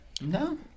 No